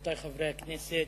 רבותי חברי הכנסת,